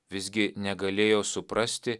visgi negalėjo suprasti